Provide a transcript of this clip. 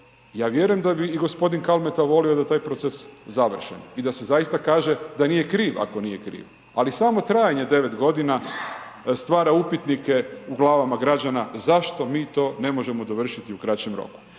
ja vjerujem da bi i gospodin Kalmeta volio da taj proces završe i da se zaista kaže da nije kriv ako nije kriv, ali samo trajanje 9 godina stvara upitnike u glavama građana zašto mi to ne možemo dovršiti u kraćem roku.